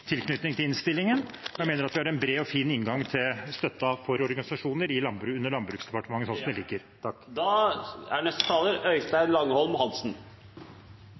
tilknytning til innstillingen. Jeg mener vi har en bred og fin inngang til støtten for organisasjoner under Landbruksdepartementet sånn som det ligger. Som faglært grafiker burde vel jeg, kanskje mer enn noen andre, vite at alt som står i avisene, ikke er